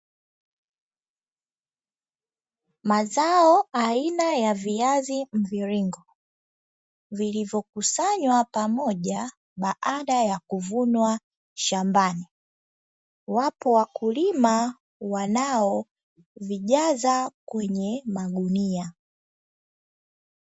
Mazao aina ya viazi mviringo, vilivyokusanywa pamoja baada ya kuvunwa shambani. Wapo wakulima wanaovijaza kwenye magunia.